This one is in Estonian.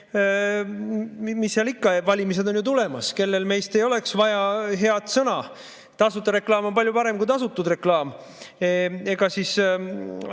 mis seal ikka, valimised on ju tulemas ja kellel meist ei oleks vaja head sõna. Tasuta reklaam on palju parem kui tasutud reklaam. Ega häda